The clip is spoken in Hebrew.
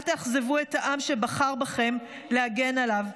אל תאכזבו את העם שבחר בכם להגן עליו.